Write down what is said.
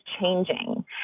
changing